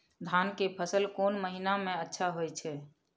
धान के फसल कोन महिना में अच्छा होय छै?